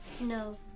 No